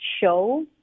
show